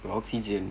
the oxygen